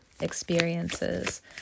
experiences